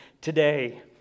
Today